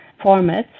formats